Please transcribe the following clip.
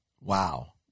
Wow